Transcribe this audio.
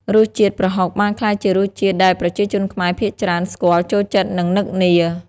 រសជាតិប្រហុកបានក្លាយជារសជាតិដែលប្រជាជនខ្មែរភាគច្រើនស្គាល់ ចូលចិត្ត និងនឹកនា។